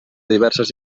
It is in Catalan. diverses